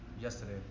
yesterday